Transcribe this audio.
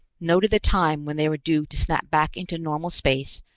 noted the time when they were due to snap back into normal space,